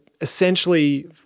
essentially